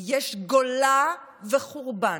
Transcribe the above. יש גולה וחורבן,